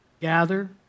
gather